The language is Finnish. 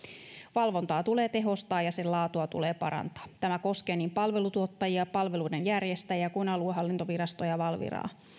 valvontaa tulee tehostaa ja sen laatua tulee parantaa tämä koskee niin palvelutuottajia palveluiden järjestäjiä kuin aluehallintovirastoja ja valviraa